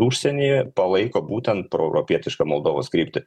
užsienyje palaiko būtent proeuropietišką moldovos kryptį